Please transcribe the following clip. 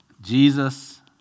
Jesus